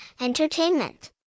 entertainment